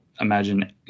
imagine